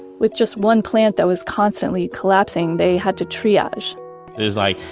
with just one plant that was constantly collapsing, they had to triage it's like,